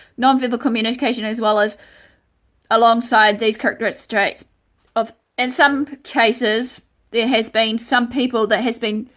nonverbal communication as well as alongside these characteristic traits of in some cases there has been some people that has been